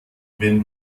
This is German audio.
wenn